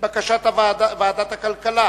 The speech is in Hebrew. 11 בעד, אין מתנגדים, אין נמנעים.